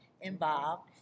involved